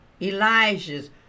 Elijah's